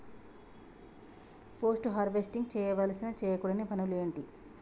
Post harvesting చేయవలసిన చేయకూడని పనులు ఏంటి?